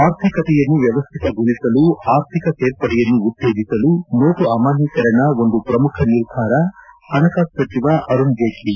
ಆರ್ಥಿಕತೆಯನ್ನು ವ್ಯವಸ್ಥಿತಗೊಳಿಸಲು ಆರ್ಥಿಕ ಸೇರ್ಪಡೆಯನ್ನು ಉತ್ತೇಜಿಸಲು ಸೋಟು ಅಮಾನ್ಯೀಕರಣ ಒಂದು ಪ್ರಮುಖ ನಿರ್ಧಾರ ಹಣಕಾಸು ಸಚಿವ ಅರುಣ್ ಜೇಟ್ಲಿ